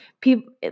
people